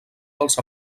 dels